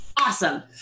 Awesome